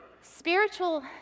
Spiritual